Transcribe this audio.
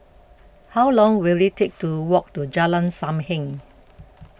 how long will it take to walk to Jalan Sam Heng